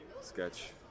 sketch